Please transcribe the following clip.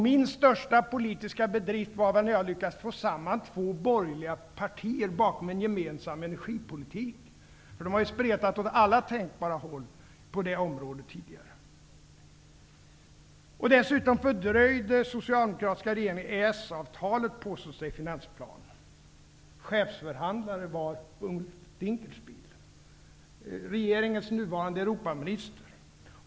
Min största politiska bedrift var väl att jag lyckades få samman två borgerliga partier bakom en gemensam energipolitik. De har spretat åt alla tänkbara håll på det området tidigare. Dessutom fördröjde socialdemokratiska regeringen EES-avtalet, påstås det i finansplanen. Europaminister i den nuvarande regeringen.